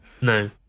no